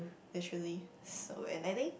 naturally so when I think